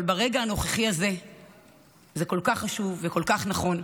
אבל ברגע הנוכחי הזה זה כל כך חשוב וכל כך נכון.